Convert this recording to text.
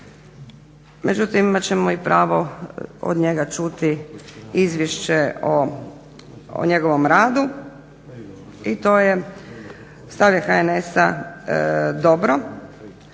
međutim imat ćemo i pravo od njega i čuti izvješće o njegovom radu i to je stav je HNS-a dobro.